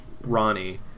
Ronnie